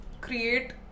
create